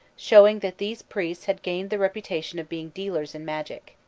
showing that these priests had gained the reputation of being dealers in magic.